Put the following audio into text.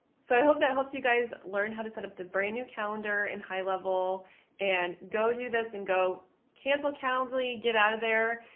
so i hope that helps you guys learn how to set up the brandnew calendar and highlevel and go do this and go cancel townsley. get out of there.